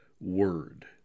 word